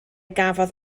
gafodd